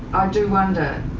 i do wonder.